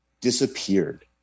disappeared